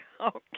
okay